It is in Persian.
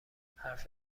حرف